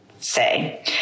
say